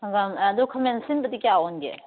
ꯍꯪꯒꯥꯝ ꯑꯗꯣ ꯈꯥꯃꯦꯟ ꯑꯁꯤꯟꯕꯗꯤ ꯀꯌꯥ ꯑꯣꯟꯒꯦ